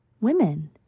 women